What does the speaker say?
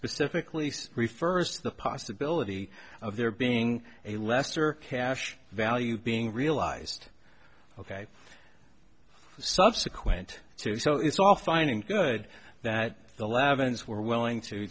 specifically refers to the possibility of there being a lesser cash value being realized ok subsequent to so it's all fine and good that the lavenders were willing to